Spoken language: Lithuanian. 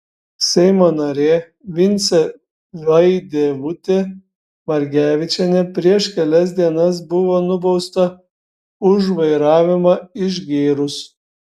seimo narė vincė vaidevutė margevičienė prieš kelias dienas buvo nubausta už vairavimą išgėrus